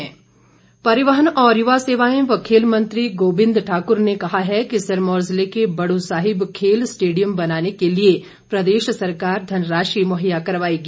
गोविंद ठाक्र परिवहन और युवा सेवाएं व खेलमंत्री गोविंद ठाकुर ने कहा है कि सिरमौर जिले के बड़ू साहिब खेल स्टेडियम बनाने के लिए प्रदेश सरकार धनराशि मुहैया करवाएगी